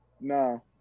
No